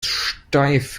steif